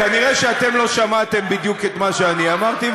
כנראה אתם לא שמעתם בדיוק את מה שאני אמרתי,